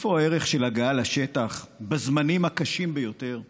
איפה הערך של הגעה לשטח בזמנים הקשים ביותר לאנשים,